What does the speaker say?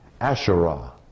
Asherah